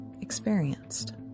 experienced